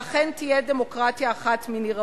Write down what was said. ואכן תהיה דמוקרטיה אחת מני רבות.